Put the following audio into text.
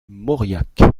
mauriac